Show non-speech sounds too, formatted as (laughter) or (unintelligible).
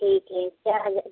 ठीक है क्या है (unintelligible)